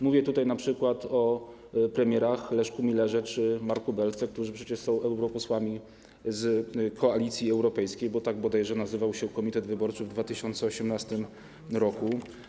Mówię tutaj np. o premierach Leszku Millerze czy Marku Belce, którzy przecież są europosłami z Koalicji Europejskiej, bo tak bodajże nazywał się komitet wyborczy w 2018 r.